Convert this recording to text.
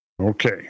Okay